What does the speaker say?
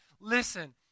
listen